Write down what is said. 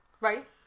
Right